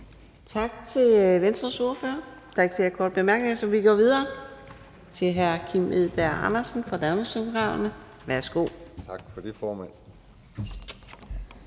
Tak til Venstres ordfører. Der er ikke flere korte bemærkninger, så vi går videre til hr. Kim Edberg Andersen fra Danmarksdemokraterne. Værsgo. Kl. 20:11 (Ordfører)